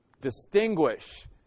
distinguish